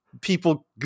people